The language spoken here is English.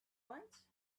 right